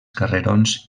carrerons